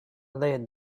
laid